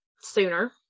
sooner